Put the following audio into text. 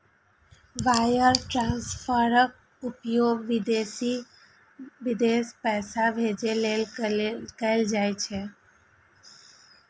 wire ट्रांसफरक उपयोग विदेश पैसा भेजै लेल कैल जाइ छै